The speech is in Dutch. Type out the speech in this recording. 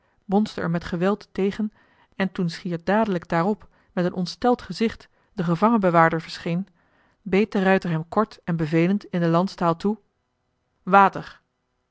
bonsde er met geweld tegen en toen schier dadelijk daarop met een ontsteld gezicht de gevangenbewaarder verscheen beet de ruijter hem kort en bevelend in de landstaal toe water